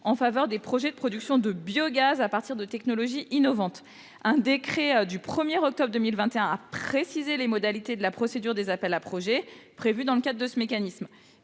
en faveur des projets de production de biogaz à partir de technologies innovantes. Un décret du 1 octobre 2021 a précisé les modalités de la procédure des appels à projets prévus dans le cadre de ce mécanisme.